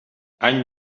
any